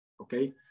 Okay